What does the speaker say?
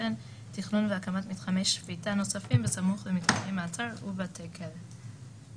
וכן תכנון והקמת מתחמי שפיטה נוספים בסמוך למתקני מעצר ובתי כלא".